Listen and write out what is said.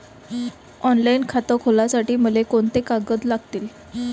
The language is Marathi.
ऑनलाईन खातं खोलासाठी मले कोंते कागद लागतील?